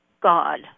God